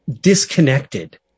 disconnected